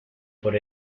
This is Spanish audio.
por